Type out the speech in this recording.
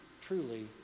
truly